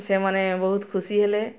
ସେମାନେ ବହୁତ ଖୁସି ହେଲେ